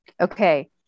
okay